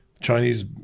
Chinese